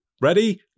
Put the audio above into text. Ready